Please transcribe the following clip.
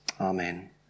Amen